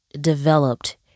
developed